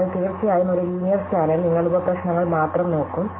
അതിനാൽ തീർച്ചയായും ഒരു ലീനിയർ സ്കാനിൽ നിങ്ങൾ ഉപ പ്രശ്നങ്ങൾ മാത്രം നോക്കും